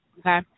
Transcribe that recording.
Okay